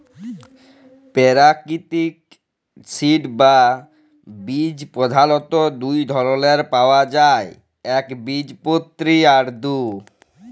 পেরাকিতিক সিড বা বীজ পধালত দু ধরলের পাউয়া যায় একবীজপত্রী আর দু